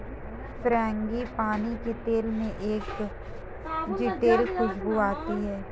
frangipani के तेल में एक जटिल खूशबू आती है